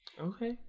Okay